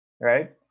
right